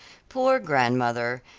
poor grandmother!